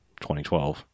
2012